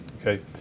okay